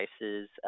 devices